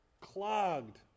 clogged